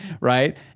right